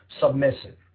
submissive